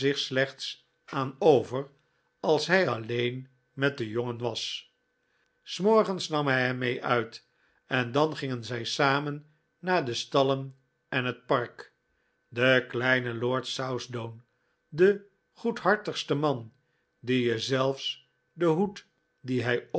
slechts aan over als hij alleen met den jongen was s morgens nam hij hem mee uit en dan gingen zij samen naar de stallen en naar het park de kleine lord southdown de goedhartigste man die je zelfs den hoed dien hij